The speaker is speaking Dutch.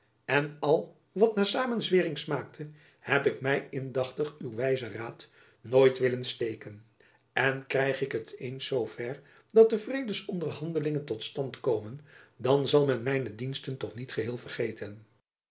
in al wat naar samenzwering smaakte heb ik my indachtig aan uw wijzen raad nooit willen steken en krijg ik het eens zoo ver dat de vredesonderhandelingen tot stand komen dan zal men mijne diensten toch niet geheel vergeten